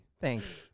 Thanks